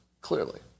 Clearly